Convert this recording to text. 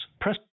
Press